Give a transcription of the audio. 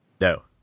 No